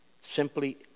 simply